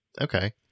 Okay